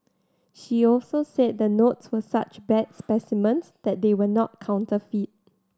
she also said the notes were such bad specimens that they were not counterfeit